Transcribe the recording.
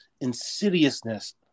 insidiousness